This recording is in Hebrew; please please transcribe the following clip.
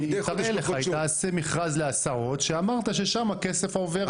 היא תעשה מכרז להסעות, שאמרת ששם הכסף עובר.